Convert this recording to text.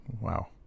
Wow